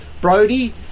Brody